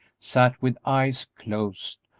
sat with eyes closed,